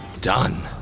done